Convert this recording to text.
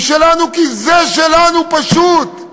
הוא שלנו, כי זה שלנו, פשוט.